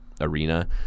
Arena